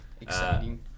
Exciting